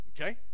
okay